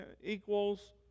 equals